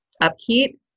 upkeep